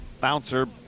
bouncer